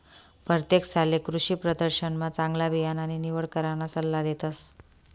परतेक सालले कृषीप्रदर्शनमा चांगला बियाणानी निवड कराना सल्ला देतस